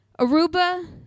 Aruba